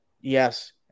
Yes